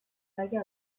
gaia